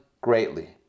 greatly